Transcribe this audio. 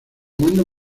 mando